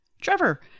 trevor